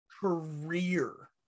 career